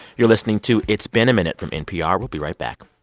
you're listening to it's been a minute from npr. we'll be right back